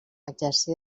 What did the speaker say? exercí